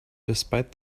despite